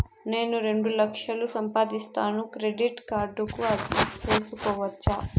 నేను రెండు లక్షలు సంపాదిస్తాను, క్రెడిట్ కార్డుకు అర్జీ సేసుకోవచ్చా?